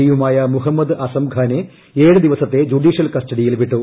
പിയുമായ് മുഹമ്മദ് അസംഖാനെ ഏഴു ദിവസത്തെ ജുഡീഷ്യൽ കസ്റ്റഡിയിൽ വിട്ടു